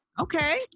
Okay